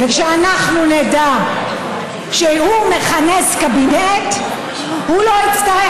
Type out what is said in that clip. שאנחנו נדע שכשהוא מכנס קבינט הוא לא יצטרך